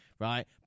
Right